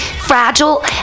fragile